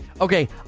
Okay